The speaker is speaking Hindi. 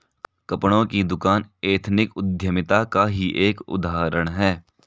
कपड़ों की दुकान एथनिक उद्यमिता का ही एक उदाहरण है